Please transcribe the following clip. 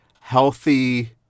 healthy